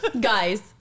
Guys